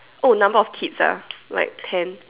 oh number of kids ah like ten